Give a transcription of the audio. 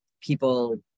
people